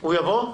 - הוא יבוא.